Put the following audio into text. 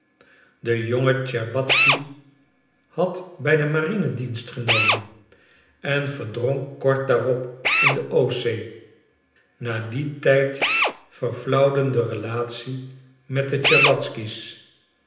de jonge tscherbatzky had bij de marine dienst genomen en verdronk kort daarop in de oostzee na dien tijd verflauwden de relatie met de tscherbatzky's